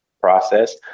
process